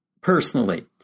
personally